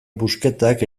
busquetak